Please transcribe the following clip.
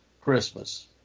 Christmas